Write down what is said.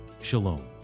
Shalom